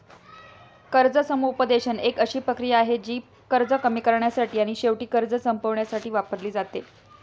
कर्ज समुपदेशन एक अशी प्रक्रिया आहे, जी कर्ज कमी करण्यासाठी आणि शेवटी कर्ज संपवण्यासाठी वापरली जाते